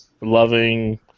loving